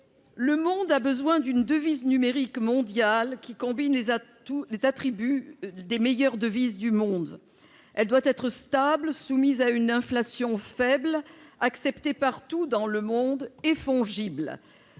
le monde a besoin d'une devise numérique mondiale qui combine les attributs des meilleures devises du monde : elle doit être stable, soumise à une inflation faible, acceptée partout dans le monde et fongible